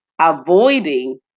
avoiding